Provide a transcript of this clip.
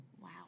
wow